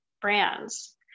brands